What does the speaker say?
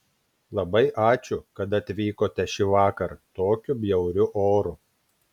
labai ačiū kad atvykote šįvakar tokiu bjauriu oru